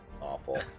awful